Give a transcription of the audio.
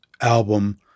album